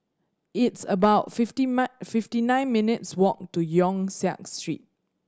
it's about fifty fifty nine minutes' walk to Yong Siak Street